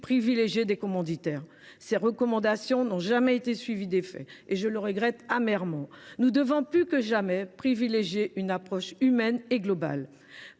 privilégiées des commanditaires. Ces recommandations n’ont jamais été suivies d’effets ; je le regrette amèrement. Nous devons plus que jamais privilégier une approche humaine et globale.